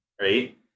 right